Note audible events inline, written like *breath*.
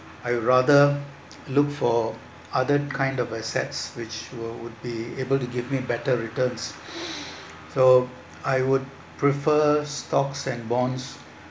I would rather look for other kind of assets which will would be able to give me better returns *breath* so I would prefer stocks and bonds